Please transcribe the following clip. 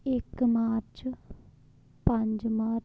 इक मार्च पंज मार्च